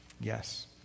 Yes